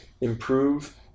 improve